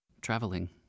Traveling